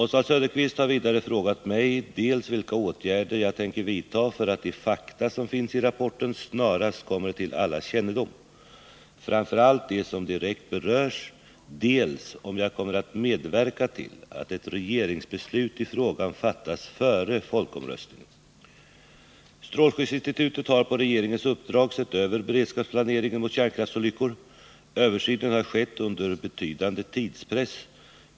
Oswald Söderqvist har vidare frågat mig dels vilka åtgärder jag tänker vidta för att de fakta som finns i rapporten snarast kommer till allas kännedom, framför allt de direkt berörda, dels om jag kommer att medverka till att ett regeringsbeslut i frågan fattas före folkomröstningen. Strålskyddsinstitutet har på regeringens uppdrag sett över planeringen av beredskapen mot kärnkraftsolyckor. Översynen har skett under betydande tidspress.